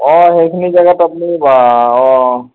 অঁ সেইখিনি জেগাত আপুনি অঁ